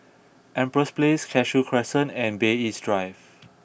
Empress Place Cashew Crescent and Bay East Drive